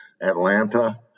Atlanta